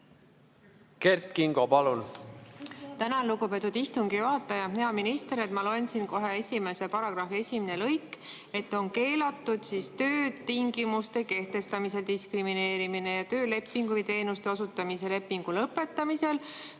Kert Kingo, palun!